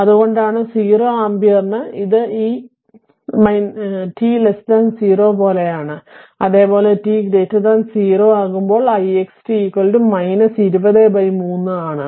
അതുകൊണ്ടാണ് 0 ആമ്പിയറിന് ഇത് ഈ t 0 പോലെയാണ് അതെ പോലെ t 0 ആകുമ്പോൾ ix t 203 ആണ്